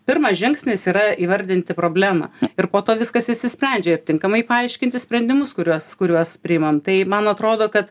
pirmas žingsnis yra įvardinti problemą ir po to viskas išsisprendžia ir tinkamai paaiškinti sprendimus kuriuos kuriuos priimam tai man atrodo kad